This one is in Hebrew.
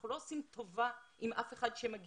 אנחנו לא עושים טובה עם מישהו שמגיע,